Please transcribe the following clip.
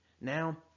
Now